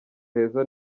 heza